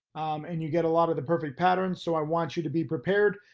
and you get a lot of the perfect patterns. so i want you to be prepared.